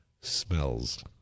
Smells